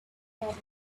problem